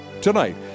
Tonight